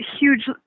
huge